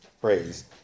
phrase